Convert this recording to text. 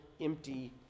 empty